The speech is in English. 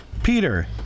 Peter